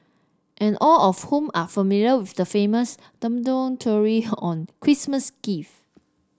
and all of whom are familiar with the famous Dumbledore theory on Christmas gifts